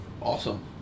Awesome